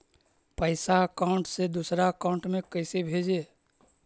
पैसा अकाउंट से दूसरा अकाउंट में कैसे भेजे?